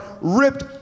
ripped